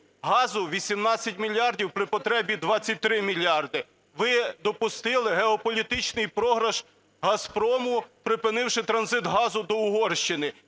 Газу – 18 мільярдів при потребі 23 мільярди. Ви допустили геополітичний програш Газпрому, припинивши транзит газу до Угорщини.